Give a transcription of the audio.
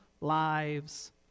lives